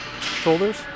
shoulders